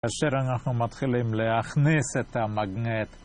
כאשר אנחנו מתחילים להכניס את המגנט